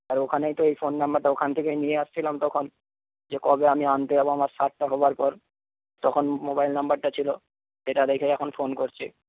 আর ওখানেই তো এই ফোন নাম্বার দেওয়া ওখান থেকেই নিয়ে এসেছিলাম তখন যে কবে আমি আনতে যাব আমার শার্টটা হওয়ার পর তখন মোবাইল নাম্বারটা ছিল এটা দেখেই এখন ফোন করছি